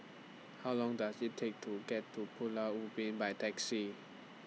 How Long Does IT Take to get to Pulau Ubin By Taxi